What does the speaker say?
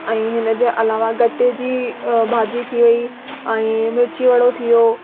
ऐं हिनजे अलावा गट्टे जी अ भाॼी थी वई ऐं मिर्ची वड़ो थी वियो